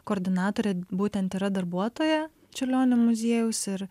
koordinatorė būtent yra darbuotoja čiurlionio muziejaus ir